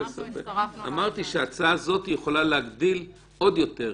אמרתי שההצעה הזאת יכולה להגדיל עוד יותר.